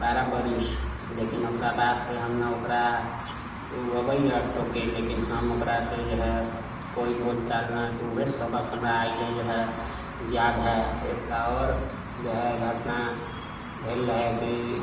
बारह बरिस लेकिन ओकरा बादसँ हम ने ओकरा उ अबैए टोकै लेकिन हम ओकरासँ जे है कोइ बोलचाल नहि उहे सबक हमरा एहिले जे है याद है एकटा आओर जे है घटना भेल रहै कि